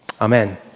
Amen